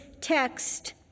text